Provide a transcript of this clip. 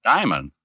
Diamond